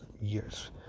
years